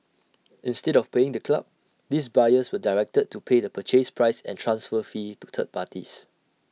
instead of paying the club these buyers were directed to pay the purchase price and transfer fee to third parties